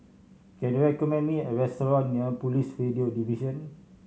can you recommend me a restaurant near Police Radio Division